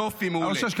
יופי, מעולה.